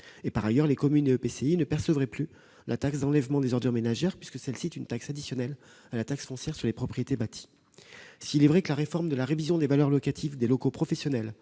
Par ailleurs, les communes et EPCI ne percevraient plus la taxe d'enlèvement des ordures ménagères, puisque celle-ci est une taxe additionnelle à la taxe foncière sur les propriétés bâties. S'il est vrai que la réforme de la révision des valeurs locatives des locaux professionnels,